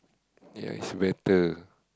ya it's better